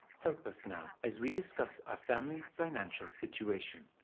help us now as we discuss our family financial situation.